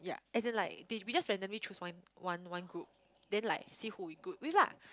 ya as in like they we just randomly choose one one one group then like see who we group with lah